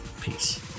Peace